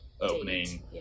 Opening